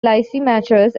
lysimachus